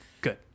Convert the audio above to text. Good